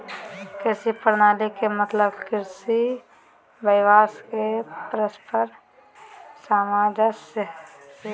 कृषि प्रणाली के मतलब कृषि व्यवसाय के परस्पर सामंजस्य से हइ